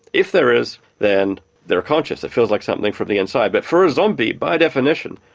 if there is, then they're conscious it feels like something from the inside. but for a zombie, by definition,